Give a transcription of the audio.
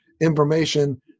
information